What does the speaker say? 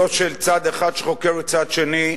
לא של צד אחד שחוקר צד שני,